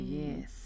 yes